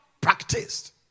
practiced